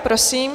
Prosím.